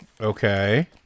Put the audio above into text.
Okay